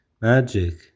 magic